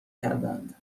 کردهاند